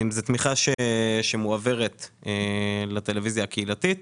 זאת תמיכה שמועברת לטלוויזיה הקהילתית